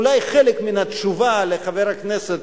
אולי חלק מהתשובה לחבר הכנסת